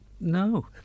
No